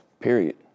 period